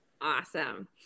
Awesome